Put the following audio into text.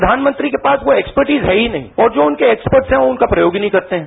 प्रधानमंत्री के पास कोई एक्सप्रदीज है ही नहीं और जो उनके एक्सपर्ट है वो उनका प्रयोग ही नहीं करते है